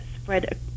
spread